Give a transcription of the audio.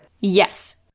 Yes